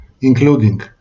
including